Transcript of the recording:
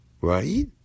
Right